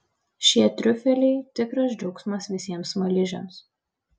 šie triufeliai tikras džiaugsmas visiems smaližiams